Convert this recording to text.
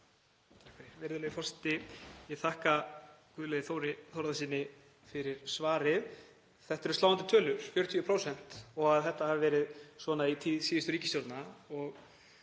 Virðulegi forseti. Ég þakka hv. þm. Guðlaugi Þór Þórðarsyni fyrir svarið. Þetta eru sláandi tölur, 40%, og að þetta hafi verið svona í tíð síðustu ríkisstjórna.